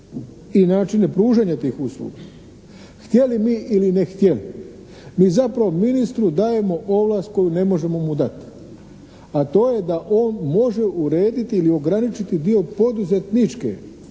i načine pružanja tih usluga htjeli mi ili ne htjeli mi zapravo ministru dajemo ovlast koju ne možemo mu dati, a to je da on može urediti ili ograničiti dio poduzetničke